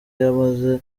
yamaze